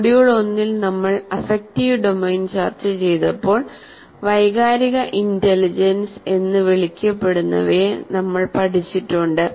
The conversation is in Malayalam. മൊഡ്യൂൾ 1 ൽ നമ്മൾ അഫക്റ്റീവ് ഡൊമൈൻ ചർച്ച ചെയ്തപ്പോൾ വൈകാരിക ഇന്റലിജൻസ് എന്ന് വിളിക്കപ്പെടുന്നവയെ നമ്മൾ പഠിച്ചിട്ടുണ്ട്